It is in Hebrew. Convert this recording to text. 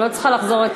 אני לא צריכה לחזור.